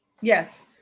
Yes